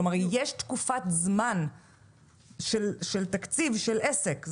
כלומר, יש תקופת זמן של תקציב של עסק.